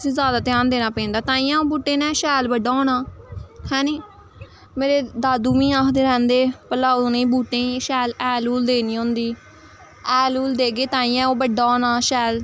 उस्सी जैदा ध्यान देना पैंदा तां गै ओह् बूह्टे ने शैल बड्डा होना है नी मेरे दादू मी आखदे रैंह्दे भलां उ'नें बहूटें गी शैल हैल हूल देनी होंदी हैल हूल देग्गे तां गै ओह् बड्डा होना शैल